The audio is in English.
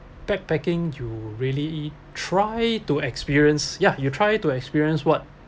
backpacking you really try to experience ya you try to experience what